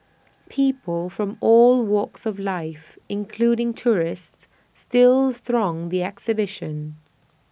people from all walks of life including tourists still throng the exhibition